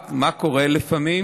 מה קורה לפעמים?